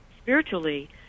spiritually